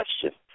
question